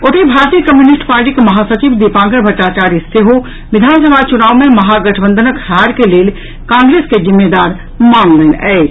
ओतहि भारतीय कम्युनिष्ट पार्टीक महासचिव दीपांकर भट्टाचार्य सेहो विधानसभा चुनाव मे महागठबंधक हार के लेल कांग्रेस के जिम्मेदार मानलनि अछि